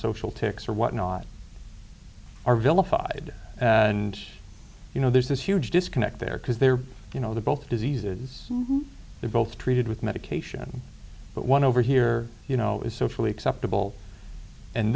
social tics or whatnot or vilified and you know there's this huge disconnect there because they're you know they're both diseases they're both treated with medication but one over here you know is socially acceptable and